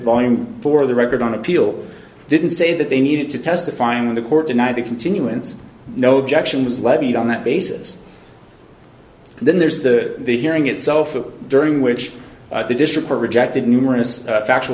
volume for the record on appeal didn't say that they needed to testify in the court denied the continuance no objection was levied on that basis and then there's the hearing itself during which the district court rejected numerous factual